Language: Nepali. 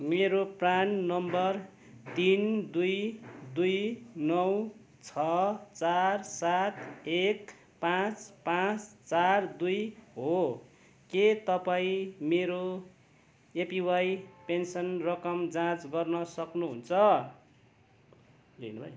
मेरो प्रान नम्बर तिन दुई दुई नौ छ चार सात एक पाँच पाँच चार दुई हो के तपाईँँ मेरो एपिवाई पेन्सन रकम जाँच गर्न सक्नु हुन्छ